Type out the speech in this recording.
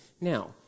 Now